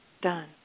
done